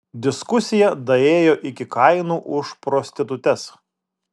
diskusija daėjo iki kainų už prostitutes